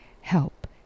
help